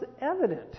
evident